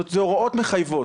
זה הוראות מחייבות.